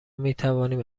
میتوانیم